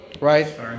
right